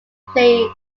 play